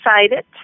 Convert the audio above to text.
excited